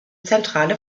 zentrale